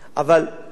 אבל עדיף,